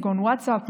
ווטסאפ,